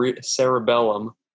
cerebellum